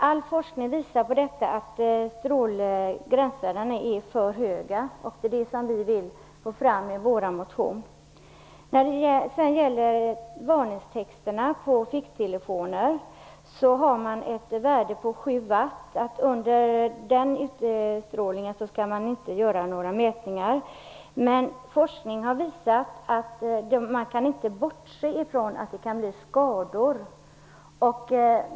All forskning visar att gränsvärdena är för höga, vilket vi vill få fram i vår motion. När det sedan gäller varningstexter på ficktelefoner gäller att mätningar inte skall göras på utstrålning under 7 watt. Men forskning har visat att man inte kan bortse från att det kan bli skador.